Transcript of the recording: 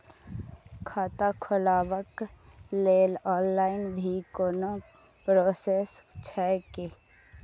खाता खोलाबक लेल ऑनलाईन भी कोनो प्रोसेस छै की?